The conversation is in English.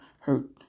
hurt